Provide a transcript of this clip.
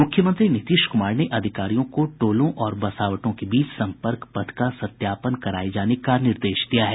मुख्यमंत्री नीतीश कुमार ने अधिकारियों को टोलों और बसावटों के बीच संपर्क पथ का सत्यापन कराए जाने का निर्देश दिया है